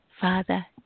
father